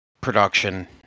production